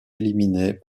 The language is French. éliminées